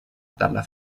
dalla